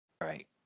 right